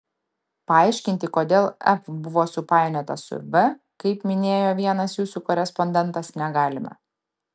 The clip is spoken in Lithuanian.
paaiškinti kodėl f buvo supainiota su v kaip minėjo vienas jūsų korespondentas negalime